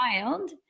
child